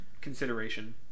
consideration